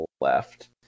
left